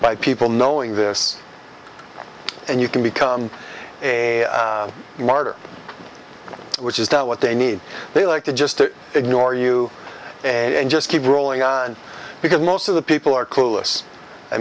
by people knowing this and you can become a martyr which is what they need they like to just ignore you and just keep rolling on because most of the people are clueless i